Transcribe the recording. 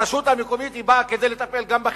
הרשות המקומית באה לטפל גם בחינוך,